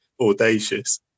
audacious